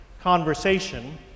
conversation